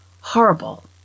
horrible